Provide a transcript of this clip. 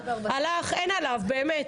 הלך אין עליו באמת,